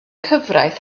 cyfraith